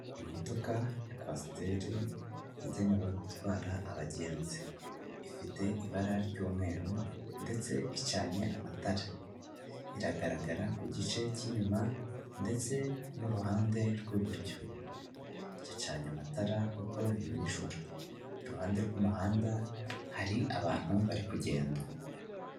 Imodoka ya kwasiteri yagenewe gutwara abagenzi ifite ibara ry'umweru ndetse icanye amatara, iragaragara ku gice cy'inyuma ndetse n'uruhande rw'iburyo, icanye amatara kuko n’ijoro iruhande rw'umuhanda hari abantu bari kugenda.